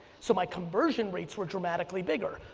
so my conversion rates were dramatically bigger.